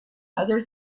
other